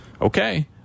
Okay